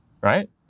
right